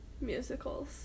musicals